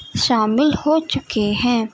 شامل ہو چکے ہیں